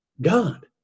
God